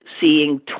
seeing